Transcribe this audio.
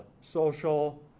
social